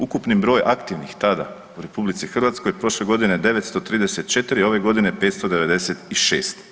Ukupni broj aktivnih tada u RH prošle godine 934, a ove godine 596.